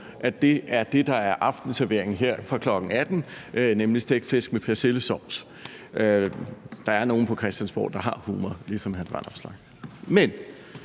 at det er det, der er aftenserveringen her fra kl. 18.00, nemlig stegt flæsk med persillesovs. Der er nogen på Christiansborg, der har humor – ligesom hr. Alex Vanopslagh.